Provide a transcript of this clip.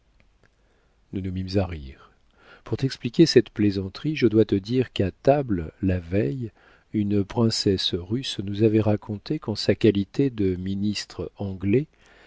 nous nous mîmes à rire pour t'expliquer cette plaisanterie je dois te dire qu'à table la veille une princesse russe nous avait raconté qu'en sa qualité de ministre anglais